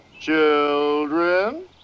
Children